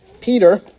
Peter